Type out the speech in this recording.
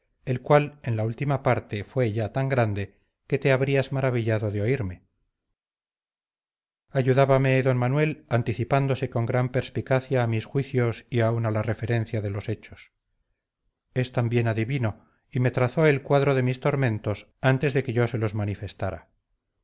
el cual en la última parte fue ya tan grande que te habrías maravillado de oírme ayudábame d manuel anticipándose con gran perspicacia a mis juicios y aun a la referencia de los hechos es también adivino y me trazó el cuadro de mis tormentos antes de que yo se los manifestara